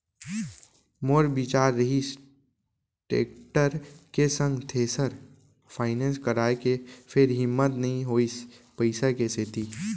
मोर बिचार रिहिस टेक्टर के संग थेरेसर फायनेंस कराय के फेर हिम्मत नइ होइस पइसा के सेती